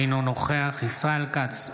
אינו נוכח ישראל כץ,